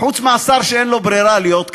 חוץ מהשר שאין לו ברירה אלא להיות כאן?